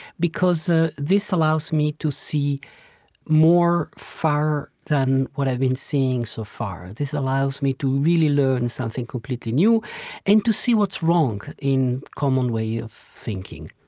because ah this allows me to see more far than what i've been seeing so far. this allows me to really learn something completely new and to see what's wrong in common way of thinking.